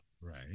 right